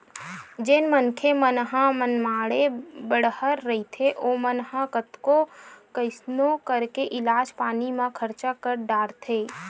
जेन मनखे मन ह मनमाड़े बड़हर रहिथे ओमन ह तो कइसनो करके इलाज पानी म खरचा कर डारथे